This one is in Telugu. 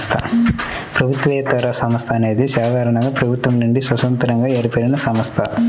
ప్రభుత్వేతర సంస్థ అనేది సాధారణంగా ప్రభుత్వం నుండి స్వతంత్రంగా ఏర్పడినసంస్థ